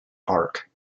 park